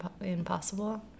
impossible